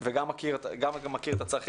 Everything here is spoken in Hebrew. אני גם מכיר את הצרכים.